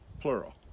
plural